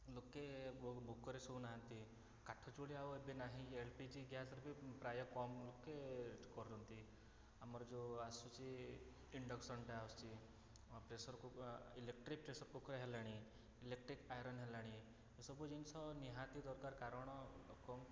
ଲୋକେ ବହୁ ଭୋକରେ ଶୋଉ ନାହାନ୍ତି କାଠ ଚୁଲି ଆଉ ଏବେ ନାହିଁ ଏଲ୍ପିଜି ଗ୍ୟାସ୍ ବି ପ୍ରାୟ କମ ଲୋକେ ୟୁଜ୍ କରୁଛନ୍ତି ଆମର ଯେଉଁ ଆସୁଛି ଇଂଡକ୍ସନଟା ଆସୁଛି ଆଉ pressure cooker electric pressure cooker ହେଲାଣି ଇଲେକ୍ଟ୍ରିକ୍ ଆଇରନ୍ ହେଲାଣି ଏସବୁ ଜିନିଷ ନିହାତି ଦରକାର କାରଣ ଲୋକ